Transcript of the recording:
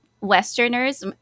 Westerners